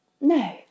No